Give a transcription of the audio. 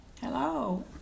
Hello